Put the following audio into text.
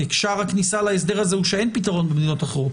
כי שער הכניסה להסדר הזה הוא שאין פתרון במדינות אחרות.